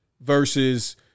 versus